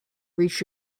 reach